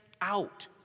out